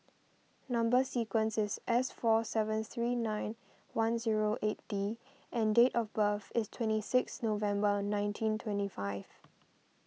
Number Sequence is S four seven three nine one zero eight D and date of birth is twenty six November nineteen twenty five